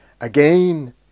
again